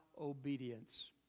obedience